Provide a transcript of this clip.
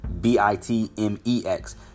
B-I-T-M-E-X